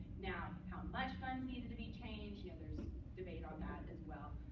now, how much funds need to be changed there's debate on that, as well.